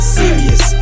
serious